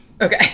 Okay